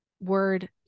word